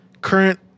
current